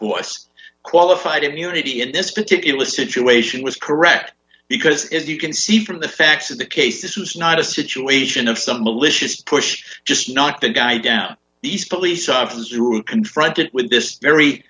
force qualified immunity in this particular situation was correct because as you can see from the facts of the case this was not a situation of some malicious pushed just not the guy down these police officers route confronted with this very